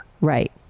Right